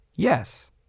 Yes